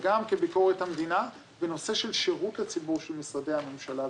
וגם כביקורת המדינה בנושא של שרות לציבור של משרדי הממשלה.